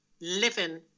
living